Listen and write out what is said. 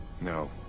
No